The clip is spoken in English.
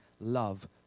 love